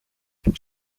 που